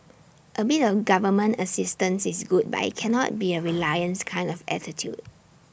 A bit of government assistance is good but IT cannot be A reliance kind of attitude